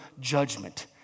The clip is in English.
judgment